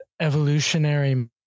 evolutionary